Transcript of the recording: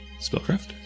spellcraft